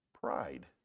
Pride